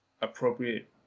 appropriate